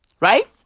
Right